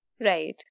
Right